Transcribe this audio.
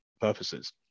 purposes